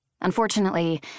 Unfortunately